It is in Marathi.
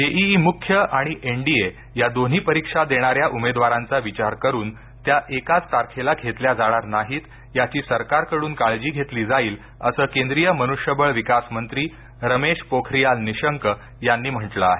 जेईई मुख्य आणि एन डी ए या दोन्ही परीक्षा देणाऱ्या उमेदवारांचा विचार करून त्या एकाच तारखेला घेतल्या जाणार नाहीत याची सरकारकडून काळजी घेतली जाईल असं केंद्रीय मनुष्यबळ विकास मंत्री रमेश पोखरियाल निशंक यांनी म्हटलं आहे